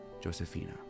Josephina